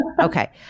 Okay